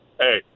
hey